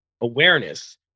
awareness